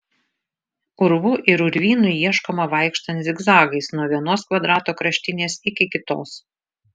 urvų ir urvynų ieškoma vaikštant zigzagais nuo vienos kvadrato kraštinės iki kitos